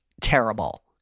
terrible